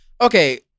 Okay